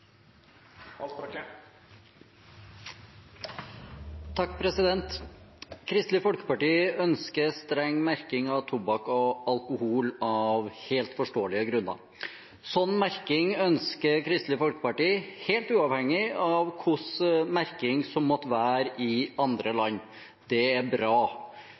Folkeparti ønsker streng merking av tobakk og alkohol, av helt forståelige grunner. Slik merking ønsker Kristelig Folkeparti, helt uavhengig av hvordan merkingen måtte være i andre land. Det er bra.